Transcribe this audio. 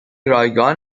رایگان